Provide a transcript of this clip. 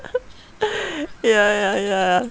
ya ya ya